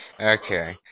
Okay